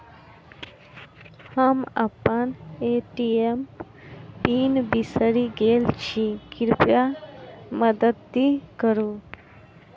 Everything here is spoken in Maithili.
हम अप्पन ए.टी.एम पीन बिसरि गेल छी कृपया मददि करू